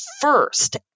first